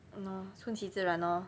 !hannor! 顺其自然咯